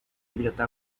idiota